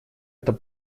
это